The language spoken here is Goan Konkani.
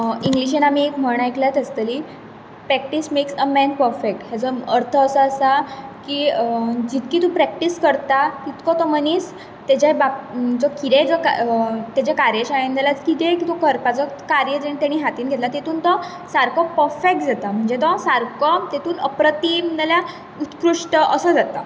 इंग्लीशीन आमी एक म्हण आयकल्याच आसतली practice makes a man perfect हेजो अर्थ असो आसा जितकी तूं प्रेक्टीस करता तितलो तो मनीस तेजे बाप कितें जो ताचे कार्यशाळेंत वा कितें तूं करपाचो कार्य ताणें हातींत घेतला तितूंत तो पर्फेक्ट जाता म्हणजे तो सारको तातूंत अप्रतीम ना जाल्यार उत्कृष्ट असो जाता